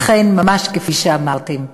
אכן ממש כפי שאמרתם,